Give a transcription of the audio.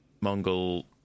Mongol